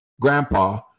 grandpa